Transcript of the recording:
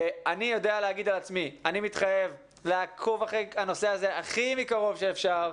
אני מתחייב לעקוב אחרי הנושא הכי קרוב שאפשר,